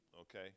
Okay